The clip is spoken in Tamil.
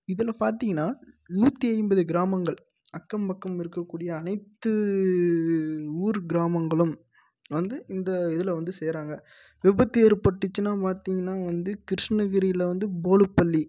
இதில் பார்த்திங்கனா நூற்றி ஐம்பது கிராமங்கள் அக்கம் பக்கம் இருக்கக்கூடிய அனைத்து ஊர் கிராமங்களும் வந்து இந்த இதில் வந்து சேர்கிறாங்க விபத்து ஏற்பட்டுச்சுன்னா பார்த்திங்கனா வந்து கிருஷ்ணகிரியில் வந்து போலுபள்ளி